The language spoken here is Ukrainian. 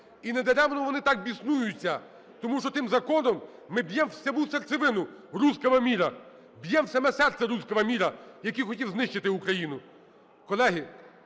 І недаремно вони так біснуються, тому що тим законом ми б'ємо в саму серцевину "русского мира", б'ємо в саме серце "русского мира", який хотів знищити Україну.